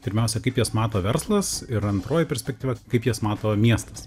pirmiausia kaip jas mato verslas ir antroji perspektyva kaip jas mato miestas